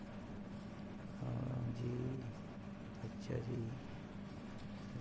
आं जी अच्छा जी